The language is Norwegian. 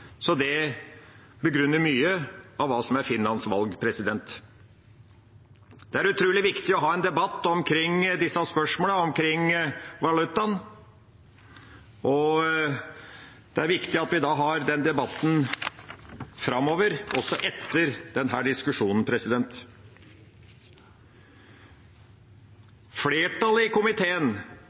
så det begrunner mye av hva som er Finlands valg. Det er utrolig viktig å ha en debatt omkring disse spørsmålene, omkring valutaen, og det er viktig at vi da har den debatten framover, også etter denne diskusjonen. Flertallet i komiteen